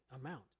amount